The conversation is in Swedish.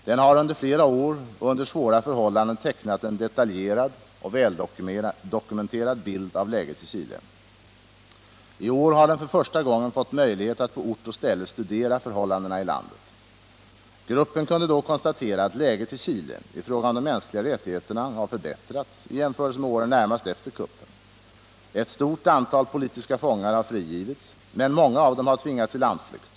Den har under flera år och under svåra förhållanden tecknat en detaljerad och väldokumenterad bild av läget i Chile. I år har den för första gången fått möjlighet att på ort och ställe studera förhållandena i landet. Gruppen kunde då konstatera att läget i Chile i fråga om de mänskliga rättigheterna har förbättrats i jämförelse med åren närmast efter kuppen. Ett stort antal politiska fångar har frigivits, men många av dem har tvingats i landsflykt.